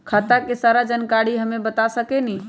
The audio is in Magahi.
खाता के सारा जानकारी हमे बता सकेनी?